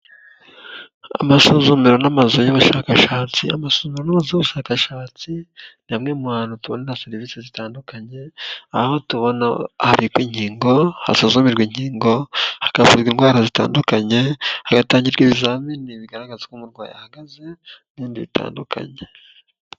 Amasuzumero n'amazu y'ubushakashatsi, amasumiro n'amzu y'ubushakashatsi ni hamwe mu hantu tubona serivisi zitandukanye, aho tubona habikwa inkingo, hasuzumirwa inkingo, hakavurwa indwara zitandukanye, hagatangirwa ibizamini bigaragaza uko umurwayi ahagaze n'ibindi bitandukanye.